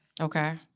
Okay